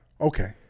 Okay